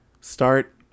start